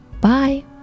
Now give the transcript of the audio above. Bye